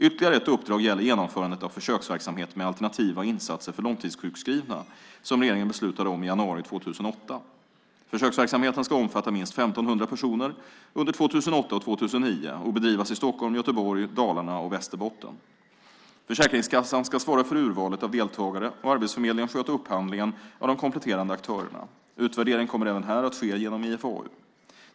Ytterligare ett uppdrag gäller genomförandet av försöksverksamhet med alternativa insatser för långtidssjukskrivna, som regeringen beslutade om i januari 2008. Försöksverksamheten ska omfatta minst 1 500 personer under 2008 och 2009 och bedrivas i Stockholm, Göteborg, Dalarna och Västerbotten. Försäkringskassan ska svara för urvalet av deltagare och Arbetsförmedlingen sköta upphandlingen av de kompletterande aktörerna. Utvärdering kommer även här att ske genom IFAU.